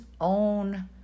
own